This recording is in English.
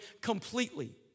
completely